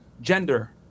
gender